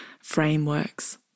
frameworks